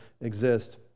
exist